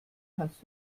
kannst